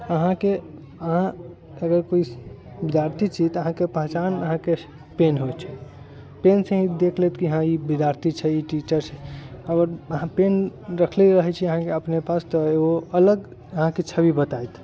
अहाँके अहाँ अगर कोइ विद्यार्थी छी तऽ अहाँके पहचान अहाँके पेन होइ छै पेनसँ ही देख लेत कि हँ ई विद्यार्थी छै ई टीचर छै आओर अहाँ पेन रखले रहै छी अहाँके अपने पास तऽ ओ अलग अहाँके छवि बताएत